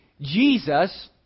Jesus